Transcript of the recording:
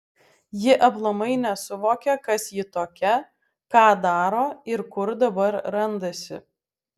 ji aplamai nesuvokia kas ji tokia ką daro ir kur dabar randasi